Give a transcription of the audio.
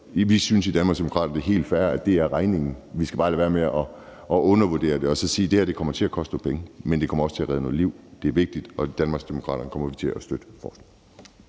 Vi synes i Danmarksdemokraterne, at det er helt fair, at der er den regning. Vi skal bare lade være med at undervurdere det, og vi skal sige, at det her kommer til at koste nogle penge, men at det også kommer til at redde nogle liv. Det er vigtigt, og i Danmarksdemokraterne kommer vi til at støtte forslaget.